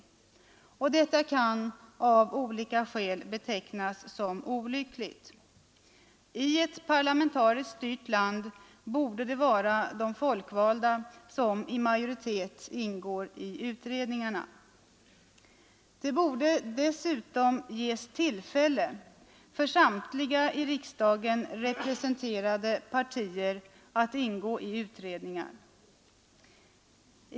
Detta kan av olika skäl betecknas som olyckligt. I ett parlamentariskt styrt land borde det vara de folkvalda som i majoritet ingår i utredningarna. Det borde dessutom ges tillfälle för samtliga i riksdagen representerade partier att ingå i utredningar.